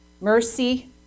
mercy